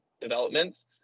developments